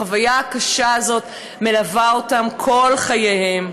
החוויה הקשה הזאת מלווה אותן כל חייהן.